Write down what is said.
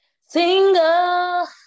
single